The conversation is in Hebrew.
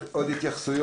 יש עוד התייחסויות?